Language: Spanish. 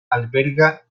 alberga